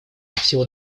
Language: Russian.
всего